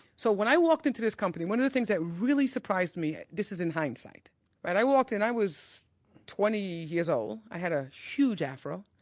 so when i walked into this company, one of the things that really surprised me this is in hindsight when i walked in i was twenty years old. i had a huge afro,